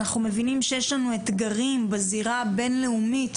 אנחנו מבינים שיש לנו אתגרים בזירה הבין-לאומית